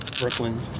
Brooklyn